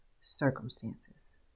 circumstances